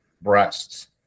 breasts